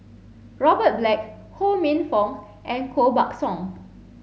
Robert Black Ho Minfong and Koh Buck Song